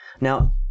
Now